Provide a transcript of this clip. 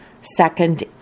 second